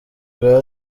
bwa